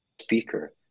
speaker